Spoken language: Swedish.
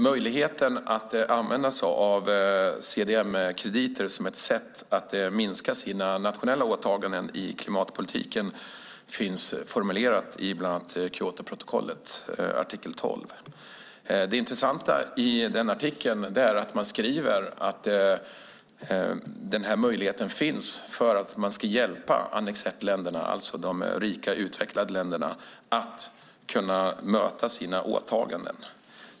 Möjligheten att använda sig av CDM-krediter som ett sätt att minska sina nationella åtaganden i klimatpolitiken finns formulerad i bland annat Kyotoprotokollets artikel 12. Där sägs, vilket är intressant, att den möjligheten finns för att hjälpa Annex I-länderna, de rika utvecklade länderna, att kunna möta sina åtaganden.